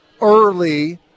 early